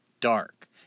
dark